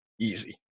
easy